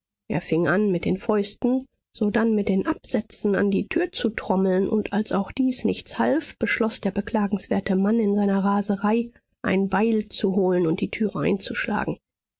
er fing an mit den fäusten sodann mit den absätzen an die tür zu trommeln und als auch dies nichts half beschloß der beklagenswerte mann in seiner raserei ein beil zu holen und die türe einzuschlagen